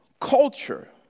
culture